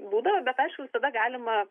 būdavo bet aišku visada galima